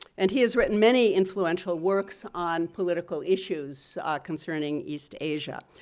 and he has written many influential works on political issues concerning east asia.